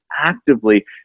actively